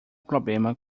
problema